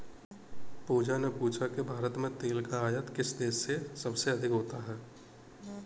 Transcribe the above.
पूजा ने पूछा कि भारत में तेल का आयात किस देश से सबसे अधिक होता है?